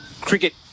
cricket